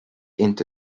into